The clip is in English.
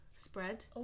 spread